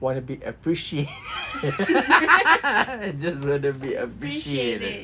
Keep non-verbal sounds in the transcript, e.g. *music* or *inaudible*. want to be appreciated *noise* I just want to be appreciated